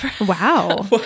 Wow